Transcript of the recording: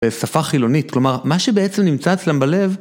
בשפה חילונית, כלומר, מה שבעצם נמצא אצלם בלב